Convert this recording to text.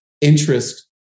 interest